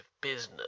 business